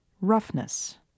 Roughness